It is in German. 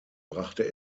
brachte